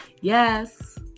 Yes